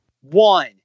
One